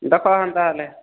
ଦେଖ ହେନ୍ତା ହେଲେ